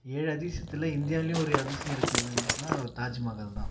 ஏழு அதிசயத்தில் இந்தியாவிலையும் ஒரு அதிசயம் இருக்குதுன்றுதுன்னால் தாஜ்மஹால் தான்